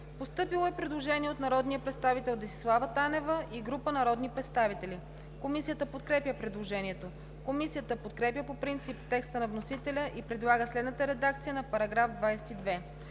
По § 22 има предложение от народния представител Десислава Танева и група народни представители. Комисията подкрепя предложението. Комисията подкрепя по принцип текста на вносителя и предлага следната редакция на § 22: „§ 22.